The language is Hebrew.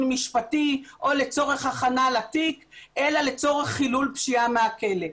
משפטי או לצורך הכנה לתיק אלא לצורך חילול פשיעה מהכלא.